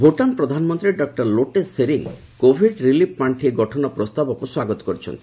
ଭୂଟାନ୍ ପ୍ରଧାନମନ୍ତ୍ରୀ doctor Lotay Tshering Covid relief ପାର୍ଷି ଗଠନ ପ୍ରସ୍ତାବକୁ ସ୍ୱାଗତ କରିଛନ୍ତି